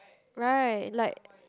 right like